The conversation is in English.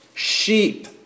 Sheep